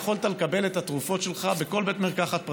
יכולת לקבל את התרופות שלך בכל בית מרקחת פרטי,